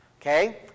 Okay